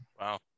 wow